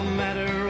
matter